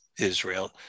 Israel